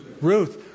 Ruth